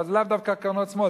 אבל זה לאו דווקא קרנות שמאל,